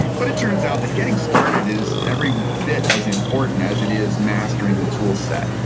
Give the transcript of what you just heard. but it turns out the getting started is every bit as important as it is mastering the toolset.